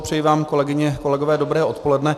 Přeji vám, kolegyně a kolegové, dobré odpoledne.